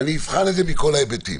אני אבחן את זה מכל ההיבטים.